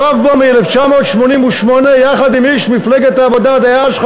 אני מעורב בו מ-1988 יחד עם איש מפלגת העבודה דאז,